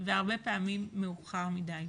והרבה פעמים מאוחר מדי.